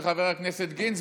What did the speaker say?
לחבר הכנסת גינזבורג.